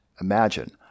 Imagine